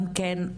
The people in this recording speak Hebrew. גם כן,